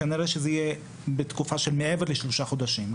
כנראה שזה יהיה בתקופה של מעבר לשלושה חודשים.